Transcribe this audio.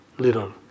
little